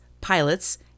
pilots